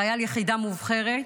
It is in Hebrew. חייל ביחידה מובחרת.